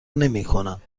نمیکنم